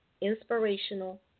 inspirational